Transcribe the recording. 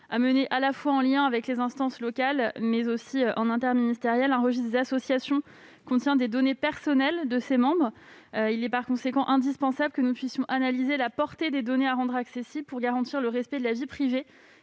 à mener à la fois en lien avec les instances locales, mais aussi en interministériel. En effet, un registre des associations contient des données personnelles de ses membres. Il est, par conséquent, indispensable que nous puissions analyser la portée des données à rendre accessibles pour garantir le respect de la vie privée